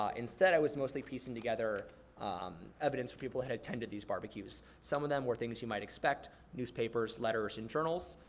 um instead i was mostly piecing together um evidence where people had attended these barbecues. some of them were things you might expect, newspapers, letters, and journals.